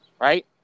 right